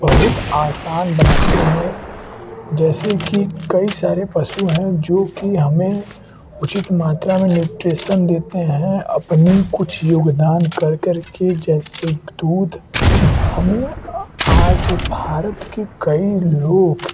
बहुत आसान बनाते हैं जैसे कि कई सारे पशु हैं जो कि हमें उचित मात्रा में नुट्रीसन देते हैं अपनी कुछ योगदान कर कर के जैसे दूध हमें आज भारत के कई लोग